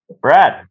Brad